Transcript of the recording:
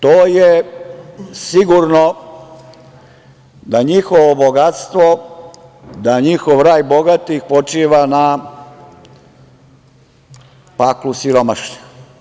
To je sigurno da njihovo bogatstvo, da njihov raj bogatih počiva na paklu siromašnih.